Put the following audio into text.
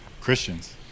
Christians